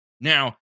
Now